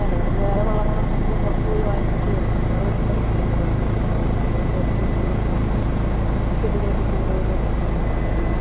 നല്ലത് നമ്മൾ വേറെ വളങ്ങളൊന്നും നമ്മൾ പുറത്ത് പോയി വാങ്ങിക്കണ്ടി വരത്തില്ല നമ്മൾ വീട്ടിൽ തന്നെയുണ്ടല്ലോ വളങ്ങൾ അതെല്ലാം കൂടെ ചേർത്ത് ഇട്ട് കൊടുക്കാങ്കിൽ ചെടികൾക്ക് കൂട്തൽ പിന്നെ